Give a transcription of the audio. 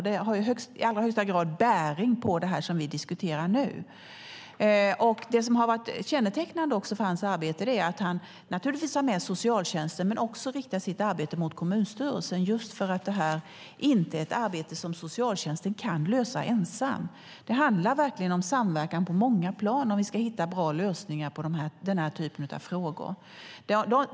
Det har i allra högsta grad bäring på det som vi nu diskuterar. Kännetecknande för hans arbete har varit att han naturligtvis har med socialtjänsten, men han riktar också sitt arbete mot kommunstyrelsen. Det beror på att det är ett arbete som socialtjänsten inte kan lösa ensam. Det handlar verkligen om samverkan på många plan om vi ska hitta bra lösningar på den här typen av frågor.